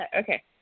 Okay